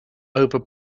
over